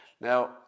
Now